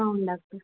అవును డాక్టర్